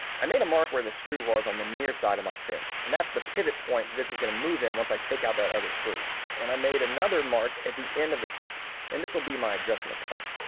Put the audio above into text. i made a mark where the screw was on the near side of my fence and that's the pivot point this is gonna move in once i take out that other screw and i made another mark at the end of the strip and this will be my adjustment point